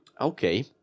Okay